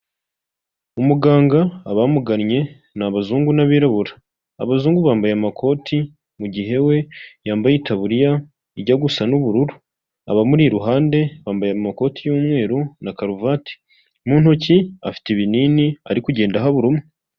Umuganga abamugannye ni abazungu n'abirabura, abazungu bambaye amakoti, mu gihe we yambaye itaburiya ijya gusa n'ubururu, abamuri iruhande bambaye amakoti y'umweru na karuvati mu ntoki, afite ibinini ari kugenda aha buri umwe.